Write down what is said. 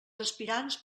aspirants